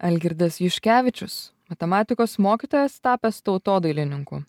algirdas juškevičius matematikos mokytojas tapęs tautodailininku